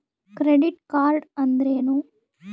Credit card ಅಂದ್ರೇನು?